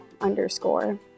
underscore